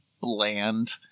bland